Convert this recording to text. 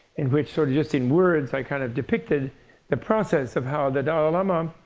in which sort of just in words i kind of depicted the process of how the dalai lama,